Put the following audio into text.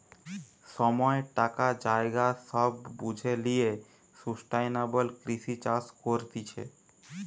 সময়, টাকা, জায়গা সব বুঝে লিয়ে সুস্টাইনাবল কৃষি চাষ করতিছে